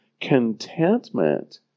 contentment